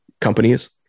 companies